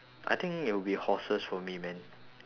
I think it will be horses for me man